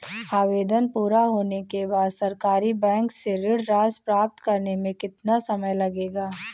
आवेदन पूरा होने के बाद सरकारी बैंक से ऋण राशि प्राप्त करने में कितना समय लगेगा?